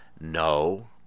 no